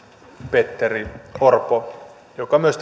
petteri orpo joka myös